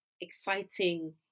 exciting